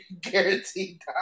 guaranteed